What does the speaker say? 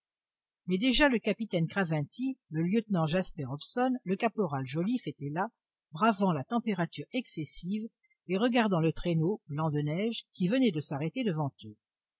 mais déjà le capitaine craventy le lieutenant jasper hobson le caporal joliffe étaient là bravant la température excessive et regardant le traîneau blanc de neige qui venait de s'arrêter devant eux